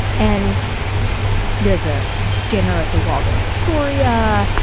and there's a dinner at the waldorf astoria.